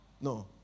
No